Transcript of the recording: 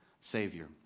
Savior